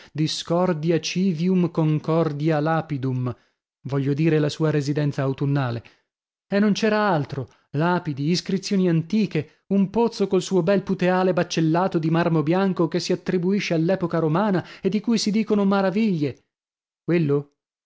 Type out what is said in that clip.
discordia civium concordia lapidum voglio dire la sua residenza autunnale e non c'era altro lapidi iscrizioni antiche un pozzo col suo bel puteale baccellato di marmo bianco che si attribuisce all'epoca romana e di cui si dicono maraviglie quello